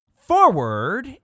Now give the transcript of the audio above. Forward